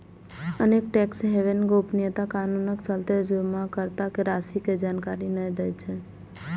अनेक tax haven गोपनीयता कानूनक चलते जमाकर्ता के राशि के जानकारी नै दै छै